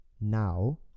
now